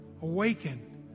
Awaken